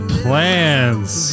plans